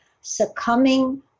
succumbing